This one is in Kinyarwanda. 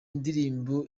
ndirimbo